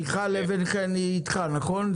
מיכל אבן חן, בבקשה.